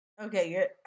Okay